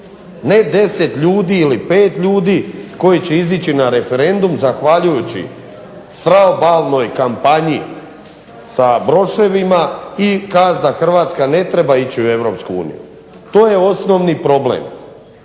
Ne 10 ljudi ili 5 ljudi koji će izići na referendum zahvaljujući … kampanji sa broševima i kazna Hrvatska ne treba ići u EU. To je osnovni problem.